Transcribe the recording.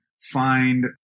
find